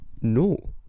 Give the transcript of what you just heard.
No